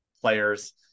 players